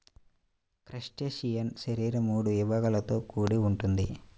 crustacean శరీరం మూడు విభాగాలతో కూడి ఉంటుంది